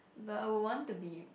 but I would want to be